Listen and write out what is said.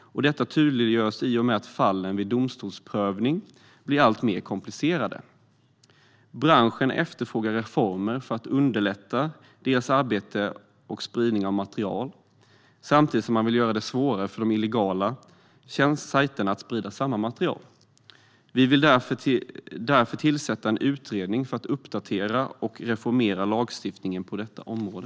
och det tydliggörs i och med att fallen vid domstolsprövning blir alltmer komplicerade. Branschen efterfrågar reformer för att underlätta sitt arbete och sin spridning av material samtidigt som man vill göra det svårare för de illegala sajterna att sprida samma material. Vi vill därför tillsätta en utredning som ska uppdatera och reformera lagstiftningen på området.